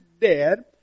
dead